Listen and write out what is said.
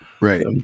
right